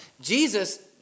jesus